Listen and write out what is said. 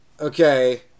Okay